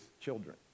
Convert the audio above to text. children